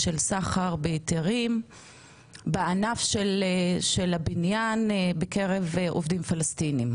של סחר בהיתרים בענף הבניין בקרב עובדים פלסטינים.